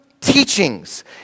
teachings